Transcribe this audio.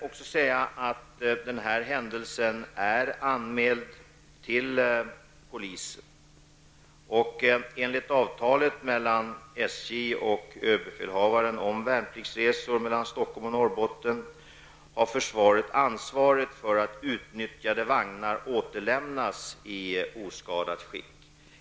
Den nu inträffade händelsen är anmäld till polisen. Enligt avtalet mellan SJ och överbefälhavaren om värnpliktsresor mellan Stockholm och Norrbotten har försvaret ansvaret för att utnyttjade vagnar återlämnas i oskadat skick.